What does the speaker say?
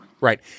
right